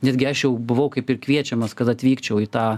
netgi aš jau buvau kaip ir kviečiamas kad atvykčiau į tą